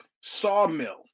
Sawmill